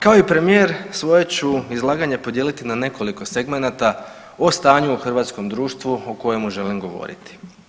Kao i premijer svoje ću izlaganje podijeliti na nekoliko segmenata o stanju u hrvatskom društvu o kojem želim govoriti.